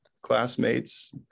classmates